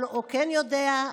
או כן יודע,